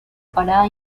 parada